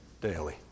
daily